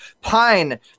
Pine